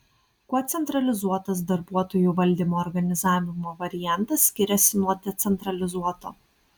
kuo centralizuotas darbuotojų valdymo organizavimo variantas skiriasi nuo decentralizuoto